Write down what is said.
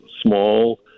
small